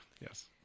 Yes